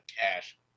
cash